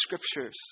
scriptures